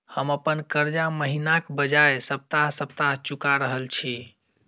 हम अप्पन कर्जा महिनाक बजाय सप्ताह सप्ताह चुका रहल छि